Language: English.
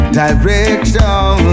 direction